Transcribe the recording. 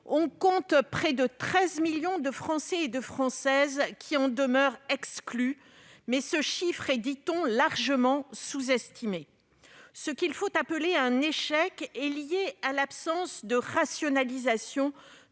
d'années, près de 13 millions de Français et de Françaises en demeurent exclus ; mais ce chiffre est, dit-on, largement sous-estimé. Ce qu'il faut bien appeler un échec est lié à l'absence de rationalisation